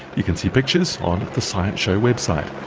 you can see pictures on the science show's website.